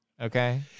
okay